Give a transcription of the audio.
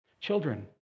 Children